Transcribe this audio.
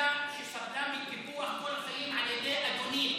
ואוכלוסייה שסבלה מקיפוח כל החיים על ידי אדוני,